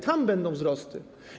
Tam będą wzrosty.